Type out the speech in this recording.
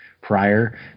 prior